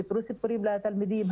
סיפרו סיפורים לתלמידים.